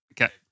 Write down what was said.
Okay